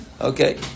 okay